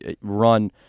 run